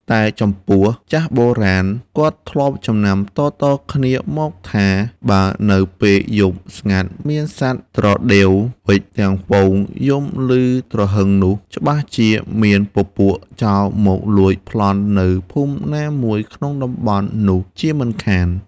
តែចំពោះចាស់បុរាណគាត់ធ្លាប់ចំណាំតៗគ្នាមកថា បើនៅពេលយប់ស្ងាត់មានសត្វត្រដេវវ៉ិចទាំងហ្វូងយំឮទ្រហឹងនោះ ច្បាស់ជាមានពពួកចោរមកលួចប្លន់នៅភូមិណាមួយក្នុងតំបន់នោះជាមិនខាន។